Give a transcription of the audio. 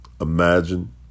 imagine